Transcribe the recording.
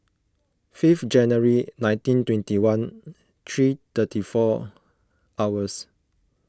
fifth January nineteen twenty one three thirty four hours